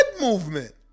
movement